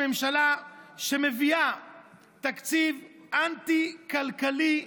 ממשלה שמביאה תקציב אנטי-כלכלי,